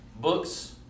books